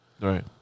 Right